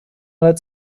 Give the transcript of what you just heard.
let